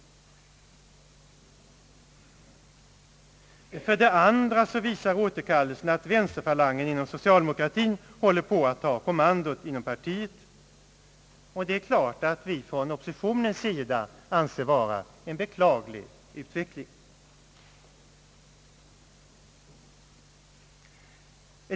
För det andra visar återkallelsen att vänsterfalangen inom socialdemokratin håller på att ta kommandot inom partiet. Det är klart att vi från oppositionens sida anser att detta är en beklaglig utveckling.